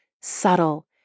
subtle